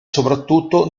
soprattutto